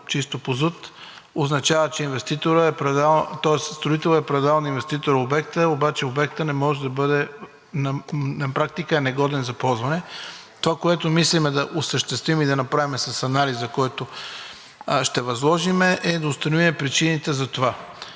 чисто по ЗУТ, строителят да е предал на инвеститора обекта, обаче обектът на практика е негоден за ползване. Това, което мислим да осъществим и да направим с анализа, който ще възложим, е да установим причините за това.